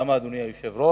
למה, אדוני היושב-ראש?